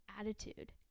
attitude